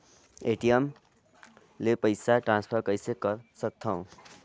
ATM ले पईसा transfer कइसे कर सकथव?